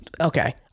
Okay